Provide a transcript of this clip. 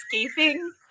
escaping